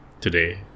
today